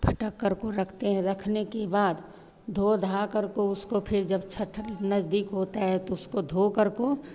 फटक करको रखते हैं रखने के बाद धो धा करको उसको फिर जब छठ नज़दीक होता है तो उसको धो करको